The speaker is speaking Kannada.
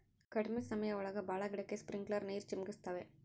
ಕಡ್ಮೆ ಸಮಯ ಒಳಗ ಭಾಳ ಗಿಡಕ್ಕೆ ಸ್ಪ್ರಿಂಕ್ಲರ್ ನೀರ್ ಚಿಮುಕಿಸ್ತವೆ